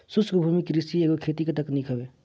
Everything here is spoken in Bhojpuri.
शुष्क भूमि कृषि एगो खेती के तकनीक हवे